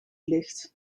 ligt